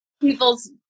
People's